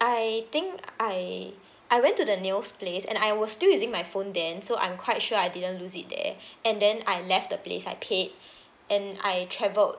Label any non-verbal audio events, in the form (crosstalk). I think I I went to the nails place and I was still using my phone then so I'm quite sure I didn't lose it there and then I left the place I paid (breath) and I travelled